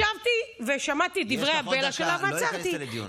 ישבתי ושמעתי את דברי הבלע שלה ועצרתי.